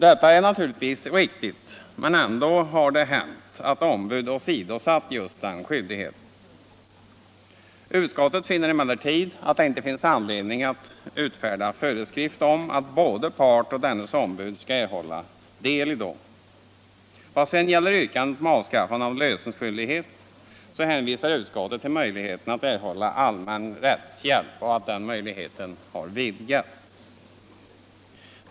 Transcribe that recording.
Detta är naturligtvis riktigt men ändå har det hänt att ombud åsidosatt denna skyldighet. Utskottet finner emellertid att det inte finns anledning att utfärda föreskrift om att både part och dennes ombud skall erhålla del av dom. Vad sedan gäller yrkandet om avskaffande av lösenskyldighet så hänvisar utskottet till den numera vidgade möjligheten för enskild part att erhålla allmän rättshjälp.